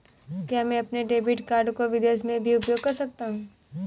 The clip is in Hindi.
क्या मैं अपने डेबिट कार्ड को विदेश में भी उपयोग कर सकता हूं?